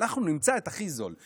אנחנו נמצא את הכי זול.